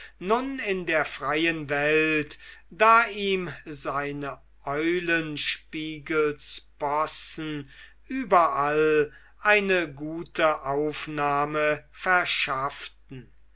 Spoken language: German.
in der freien welt da ihm seine eulenspiegelspossen überall eine gute aufnahme verschafften